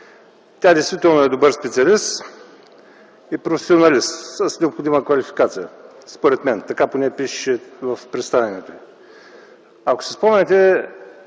е добър специалист и професионалист с необходимата квалификация. Така поне пишеше в представянето й. Ако си спомняте